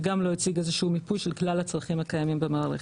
וגם לא הציג איזשהו מיפוי של כלל הצרכים הקיימים במערכת.